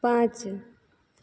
पाँच